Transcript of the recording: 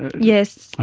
yes,